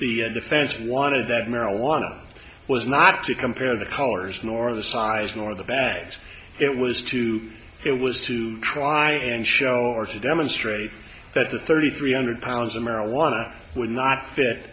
defense wanted that marijuana was not to compare the colors nor the size nor the bags it was too it was to try and show or to demonstrate that the thirty three hundred pounds of marijuana will not fit